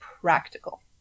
practical